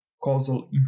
causal